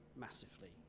massively